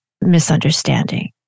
misunderstanding